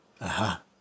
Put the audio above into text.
Aha